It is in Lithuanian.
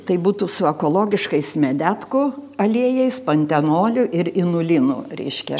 tai būtų su ekologiškais medetkų aliejais pantenoliu ir inulinu reiškia